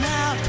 Now